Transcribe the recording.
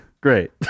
Great